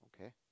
Okay